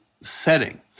setting